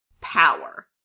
power